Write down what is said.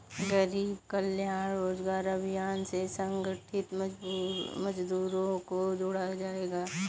गरीब कल्याण रोजगार अभियान से असंगठित मजदूरों को जोड़ा जायेगा